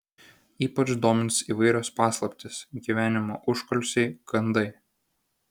ypač domins įvairios paslaptys gyvenimo užkulisiai gandai